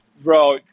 Bro